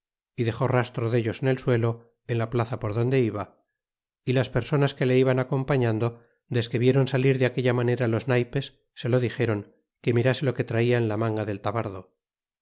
y dexó rastro dellos en el suelo en la plaza por donde iba é las personas que le iban acompañando desque viéron salir de aquella manera los naypes se lo dixeron que mirase lo que traia en la manga del tavardo